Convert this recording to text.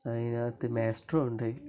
അതിനകത്ത് മാസ്ട്രോ ഉണ്ട്